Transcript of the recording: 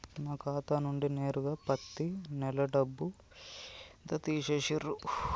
నా ఖాతా నుండి నేరుగా పత్తి నెల డబ్బు ఎంత తీసేశిర్రు?